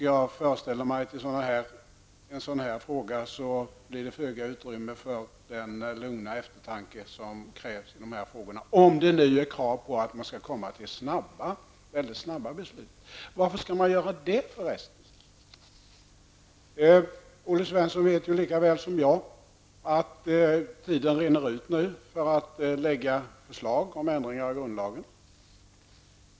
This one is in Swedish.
Jag föreställer mig att det i en sådan här fråga blir föga utrymme för den lugna eftertanke som krävs -- om det nu gäller att åstadkomma snabba beslut. Varför är det så viktigt? Olle Svensson vet ju lika väl som jag att tiden nu rinner ut för att framlägga förslag om ändringar i grundlagen.